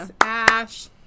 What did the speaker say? Ash